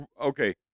okay